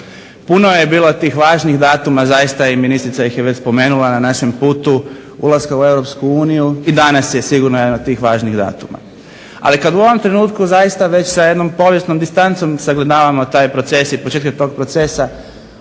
Puno je bilo tih važnih datuma zaista i ministrica ih je već spomenula na našem putu ulaska u EU i danas je sigurno jedan od tih važnih datuma. Ali kad u ovom trenutku zaista već sa jednom povijesnom distancom sagledavamo taj proces i početke tog procesa